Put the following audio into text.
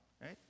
right